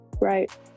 right